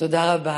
תודה רבה.